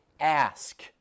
ask